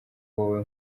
wowe